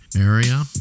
area